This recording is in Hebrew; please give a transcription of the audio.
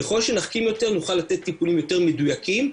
ככל שנחכים יותר נוכל לתת טיפולים יותר מדויקים,